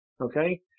okay